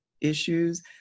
issues